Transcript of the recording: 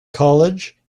college